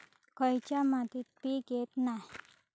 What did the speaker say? खयच्या मातीत पीक येत नाय?